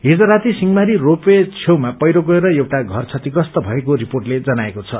हिज राती सिंहमारी र्रोपवे छेउमा पछिरो गएर एउटा घर शतिव्रस्त भएको रिपोर्टले जनाएको छ